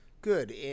Good